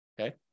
Okay